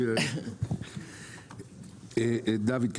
דוד,